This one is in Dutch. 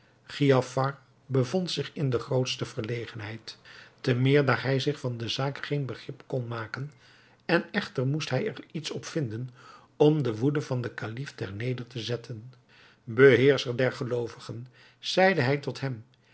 giafar bevond zich in de grootste verlegenheid te meer daar hij zich van de zaak geen begrip kon maken en echter moest hij er iets op vinden om de woede van den kalif ter neder te zetten beheerscher der geloovigen zeide hij tot hem